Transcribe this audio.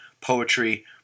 poetry